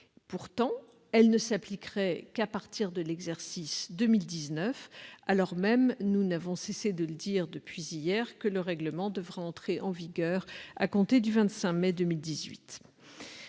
Pourtant, elle ne s'appliquerait qu'à partir de l'exercice 2019. Or- nous n'avons cessé de le dire depuis hier -ce règlement doit entrer en vigueur au 25 mai 2018.